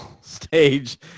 stage